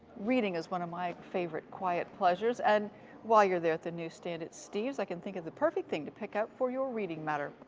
reading is one of my favorite quiet pleasures. and while you're there at the newsstand at steve's, i can think of the perfect thing to pick up for your reading matter.